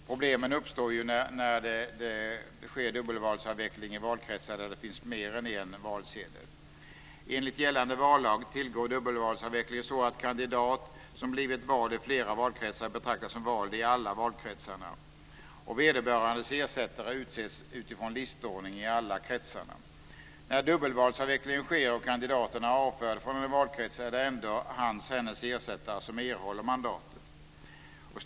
Problemen uppstår när det sker dubbelvalsavveckling i valkretsar där det finns mer än en valsedel. Enligt gällande vallag tillgår dubbelvalsavvecklingen så, att en kandidat som blivit vald i flera valkretsar betraktas som vald i alla valkretsarna. Vederbörandes ersättare utses utifrån listordning i alla kretsarna. När dubbelvalsavvecklingen sker och kandidaten är avförd från en valkrets är det ändå hans eller hennes ersättare som erhåller mandatet.